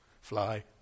fly